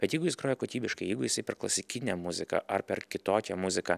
bet jeigu jis groja kokybiškai jeigu jisai per klasikinę muziką ar per kitokią muziką